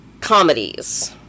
comedies